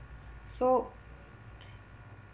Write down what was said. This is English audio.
so